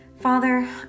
father